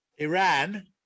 iran